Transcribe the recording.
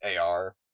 AR